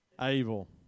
able